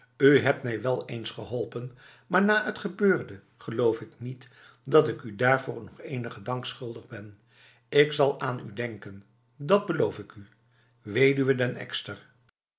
u hebt mij wel eens geholpen maar na het gebeurde geloof ik niet dat ik u daarvoor nog enige dank schuldig ben ik zal aan u denken dat beloof ik u wed den